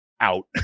out